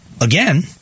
again